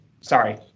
Sorry